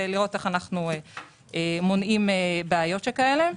לראות איך אנחנו מונעים בעיות כאלה.